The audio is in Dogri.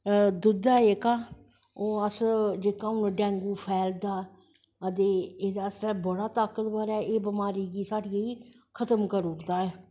दुद्द ऐ जेह्का हून जेह्का डेंगू फैलदा ते एह्दै आस्तै बड़ा ताकतबर ऐ एह् बमारी गी सढ़ियें गी खत्म करी ओड़दा एह्